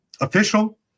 official